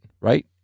right